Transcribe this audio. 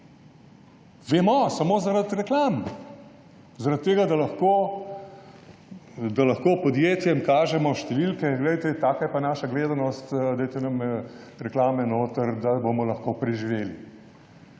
Vemo, samo zaradi reklam. Zaradi tega, da lahko podjetjem kažemo številke, glejte, taka je pa naša gledanost, dajte nam reklame notri, da bomo lahko preživeli.